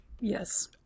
Yes